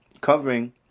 covering